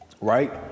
Right